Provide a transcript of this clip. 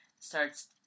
starts